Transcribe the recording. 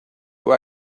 who